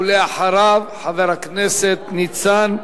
ואחריו, חבר הכנסת ניצן הורוביץ.